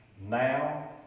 Now